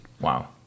Wow